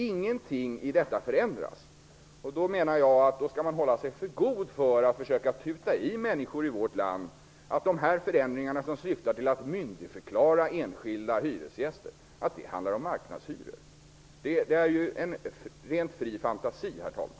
Ingenting i detta förändras. Då skall man hålla sig för god för att försöka tuta i människor i vårt land att dessa förändringar, som syftar till att myndigförklara enskilda hyresgäster, handlar om marknadshyror. Det är en fri fantasi, herr talman.